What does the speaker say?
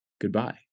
goodbye